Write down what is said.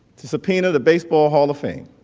to subpoena the baseball hall of fame